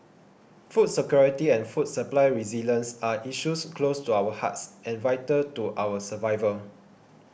food security and food supply resilience are issues close to our hearts and vital to our survival